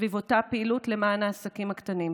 סביב אותה פעילות למען העסקים הקטנים,